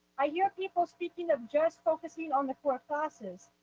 i hear people speaking of just focusing on the core classes,